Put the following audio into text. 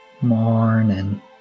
morning